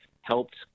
helped